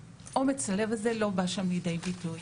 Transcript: אומץ הלב הזה לא בא שם לידי ביטוי,